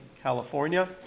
California